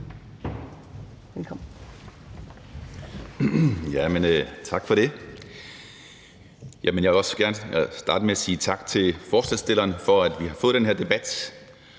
Velkommen.